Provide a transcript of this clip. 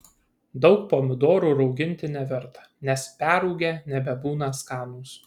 daug pomidorų rauginti neverta nes perrūgę nebebūna skanūs